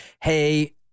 hey